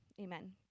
Amen